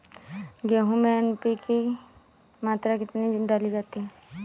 गेहूँ में एन.पी.के की मात्रा कितनी डाली जाती है?